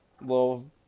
little